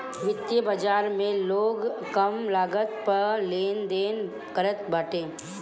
वित्तीय बाजार में लोग कम लागत पअ लेनदेन करत बाटे